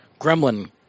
gremlin